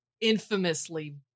infamously